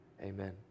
Amen